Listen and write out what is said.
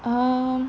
um